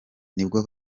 nibwo